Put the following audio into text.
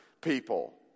people